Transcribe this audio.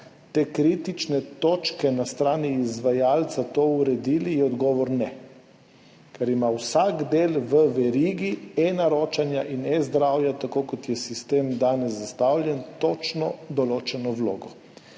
te kritične točke na strani izvajalca to uredili? Odgovor je ne. Ker ima vsak del v verigi eNaročanja in eZdravja, tako kot je sistem danes zastavljen, točno določeno vlogo.